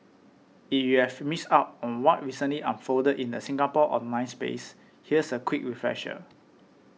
if you've missed out on what recently unfolded in the Singapore online space here's a quick refresher